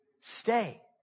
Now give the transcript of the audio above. Stay